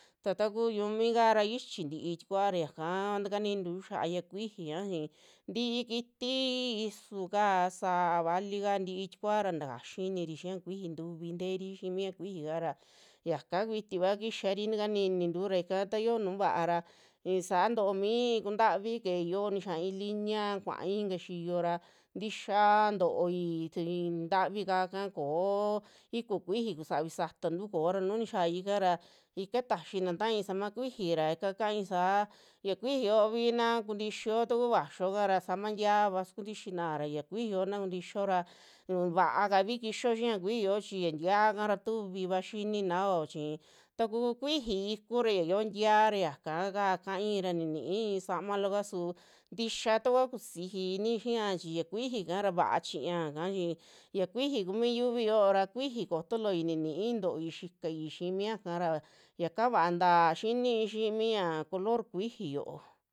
Ta taku xiumi kaara ichi ti'i tikuara yaka takaninintu xia ya kuijiña chi, ti'i kiti isuka, sa'a valika tii tikua takaxi iniri xia kuiji tuvi teeri xii mia kuijika ra yaka kuitiva kixari tikaninintu ra ika ta yo'o nu vaara, sa'a too mi kuntavi kei yo'o nixiai linea kuaai ika xiyo ra tixaa to'oi tui tavi ka'aka ko'o iku kuiji kusavi satantu koora, nu'u nixia ika ra ika taxina taai sama kuiji ra kaisaa ya kuiji yooi na kuntixiyo taku vaxio kara sama tiava sukuntixinao ra ya kuiji yoo na kuntixio ra unva'akavi kixio xia kuiji yoo, chi ya ntiakara tuviva xininao chi tuku kuiji iku ra ya yo'o tiaa ra yaka ka kai ra ninii i'i sama looka su tixaa takua kusiji ini xi'ia chi ya kuijikara vaa chiñaaka chi, ya kuiji kumi yuvi yoo ra kuiji koto looi ninii tooi xikai xii miaka ra, yaka vaanta xiini ximia color kuiji yo'o.